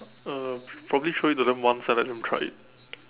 uh probably show it to them once and let them try it